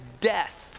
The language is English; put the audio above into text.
death